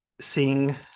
seeing